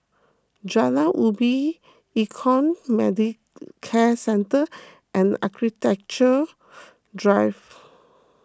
Jalan Ubin Econ Medicare Centre and Architecture Drive